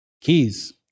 keys